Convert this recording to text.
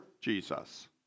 Jesus